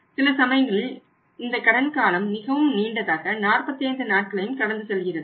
சில சமயங்களில் இந்த கடன் காலம் மிகவும் நீண்டதாக 45 நாட்களையும் கடந்து செல்கிறது